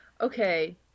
Okay